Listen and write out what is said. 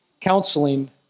counseling